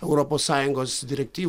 europos sąjungos direktyv